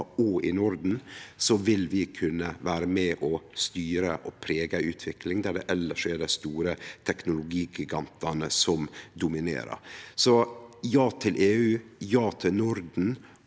og i Norden vil vi kunne vere med og styre og prege ei utvikling der det elles er dei store teknologigigantane som dominerer. Så ja til EU, ja til Norden